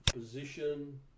position